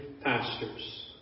pastors